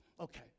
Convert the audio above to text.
Okay